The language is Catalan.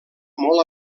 molt